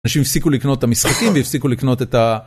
אנשים הפסיקו לקנות את המשחקים והפסיקו לקנות את ה...